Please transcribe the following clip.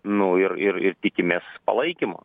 na ir ir ir tikimės palaikymo